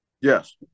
Yes